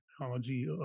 technology